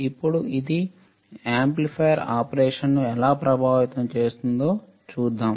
ఇప్పుడు ఇది యాంప్లిఫైయర్ ఆపరేషన్ను ఎలా ప్రభావితం చేస్తుందో చూద్దాం